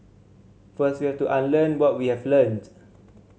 first we have to unlearn what we have learnt